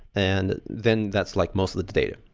and then that's like mostly the data.